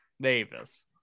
Davis